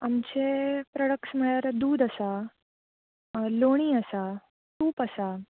आमचे प्रोडक्टस म्हणल्यार दूद आसा लोणी आसा तूप आसा